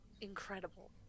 incredible